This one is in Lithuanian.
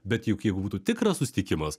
bet juk jeigu būtų tikras susitikimas